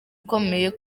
ikomeye